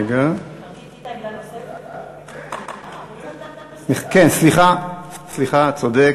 רגע, אני רוצה לדבר, סליחה, צודק.